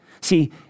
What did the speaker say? See